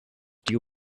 dew